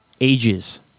ages